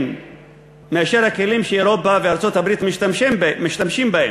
מאשר הכלים שאירופה וארצות-הברית משתמשות בהם.